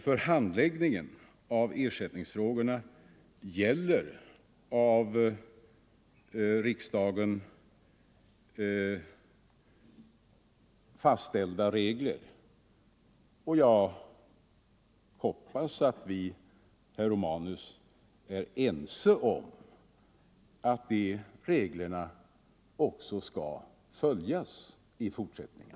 För handläggningen av ersättningsfrågorna gäller av riksdagen fastställda regler, och jag hoppas att vi, herr Romanus, är ense om att dessa regler också skall följas i fortsättningen.